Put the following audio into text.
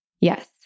Yes